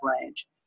range